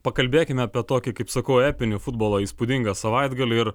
pakalbėkime apie tokį kaip sakau epinį futbolo įspūdingą savaitgalį ir